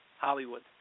Hollywood